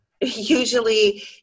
Usually